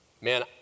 man